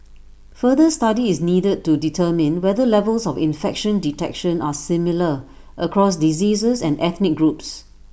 further study is needed to determine whether levels of infection detection are similar across diseases and ethnic groups